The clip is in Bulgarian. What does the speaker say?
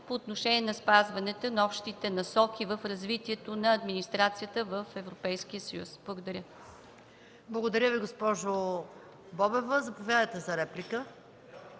по отношение на спазването на общите насоки в развитието на администрацията в Европейския съюз. Благодаря. ПРЕДСЕДАТЕЛ МАЯ МАНОЛОВА: Благодаря Ви, госпожо Бобева. Заповядайте за реплика.